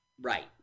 Right